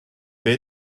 beth